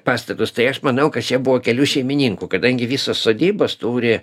pastatus tai aš manau kad čia buvo kelių šeimininkų kadangi visos sodybos turi